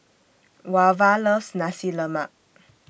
Wava loves Nasi Lemak